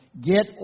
get